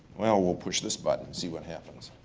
well, we'll push this button. see what happens.